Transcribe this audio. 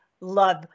love